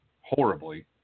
horribly